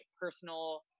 personal